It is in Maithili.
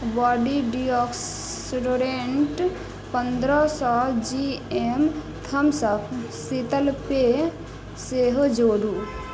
बॉडी डिओक्सोरेन्ट पन्द्रह सौ जी एम थम्सअप शीतल पेइ सेहो जोड़ू